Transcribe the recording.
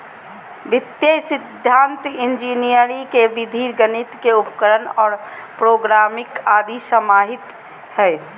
वित्तीय सिद्धान्त इंजीनियरी के विधि गणित के उपकरण और प्रोग्रामिंग आदि समाहित हइ